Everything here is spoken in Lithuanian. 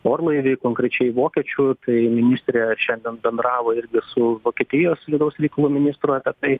orlaivį konkrečiai vokiečių tai ministrė šiandien bendravo irgi su vokietijos vidaus reikalų ministru apie tai